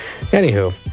Anywho